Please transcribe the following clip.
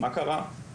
מה קרה,